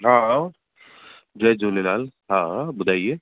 हा हा जय झूलेलाल हा हा ॿुधाइये